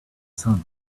sun